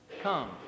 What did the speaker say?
come